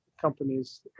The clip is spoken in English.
companies